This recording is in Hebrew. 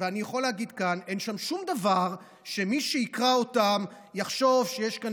ואני יכול להגיד כאן שאין שם שום דבר שמי שיקרא אותו יחשוב שיש כאן